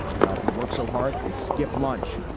i often work so hard, i skipped lunch.